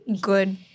good